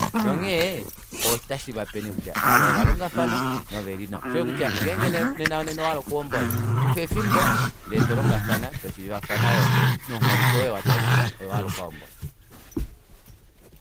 Nonghee otashivape nee kutya ava ovalongafana noveli nawa shoo osho nee kutya ngenge nee nena owahala oku hombola kufa efimbo ndee tolongafana toshivafana yoo nomungholike woye oo watala kutya oye wahala okuka hombola